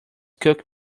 cooked